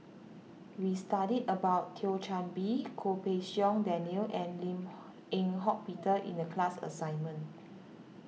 we studied about Thio Chan Bee Goh Pei Siong Daniel and Lim Eng Hock Peter in the class assignment